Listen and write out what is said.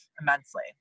immensely